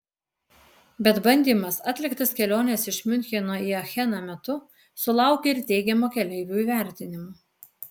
bet bandymas atliktas kelionės iš miuncheno į acheną metu sulaukė ir teigiamo keleivių įvertinimo